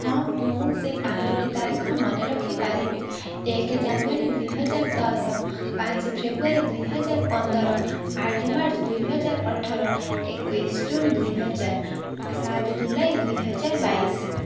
ହଁ ମୁଁ ସେଇ ପାଞ୍ଚଟି ତାରିଖ ମନେ ରଖିପାରିବି ଏକ ଜାନୁଆରୀ ଦୁଇହଜାର ଦଶ ପାଞ୍ଚ ଫ୍ରେବ୍ରୁଆରୀ ଦୁଇହଜାର ପନ୍ଦର ଆଠ ମାର୍ଚ୍ଚ ଦୁଇହଜାର ଅଠର ଏକୋଇଶ ଜୁନ ଦୁଇହଜାର ସାତ ଜୁଲାଇ ଦୁଇହଜାର ବାଇଶ